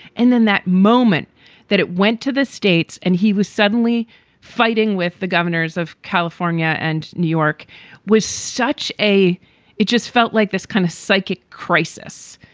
and then that moment that it went to the states and he was suddenly fighting with the governors of california and new york was such a it just felt like this kind of psychic crisis,